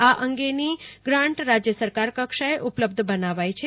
આ અંગેની ગ્રાંટ રાજય સરકાર કક્ષાએ ઉપલબ્ધ બનાવાઈ છે